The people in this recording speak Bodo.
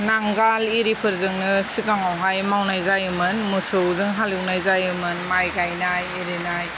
नांगाल एरिफोरजोंनो सिगाङावहाय मावनाय जायोमोन मोसौजों हालेवनाय जायोमोन माइ गायनाय एरिनाय